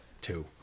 two